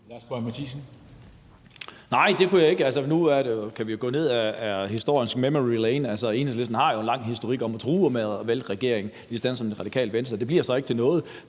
Lars Boje Mathiesen (NB): Nu kan vi jo gå ned ad historiens memory lane. Altså, Enhedslisten har en lang historik om at true med at vælte regeringen, ligesom Radikale Venstre. Det bliver så ikke til noget.